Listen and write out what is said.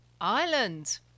Ireland